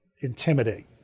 intimidate